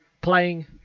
playing